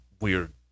weird